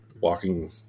walking